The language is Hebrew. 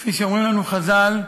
כפי שאומרים לנו חז"ל,